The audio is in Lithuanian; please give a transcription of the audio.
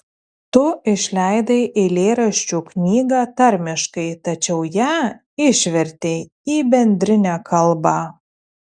tu išleidai eilėraščių knygą tarmiškai tačiau ją išvertei į bendrinę kalbą